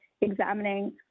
examining